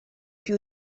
più